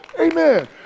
Amen